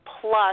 plus